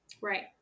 Right